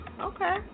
okay